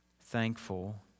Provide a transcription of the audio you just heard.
thankful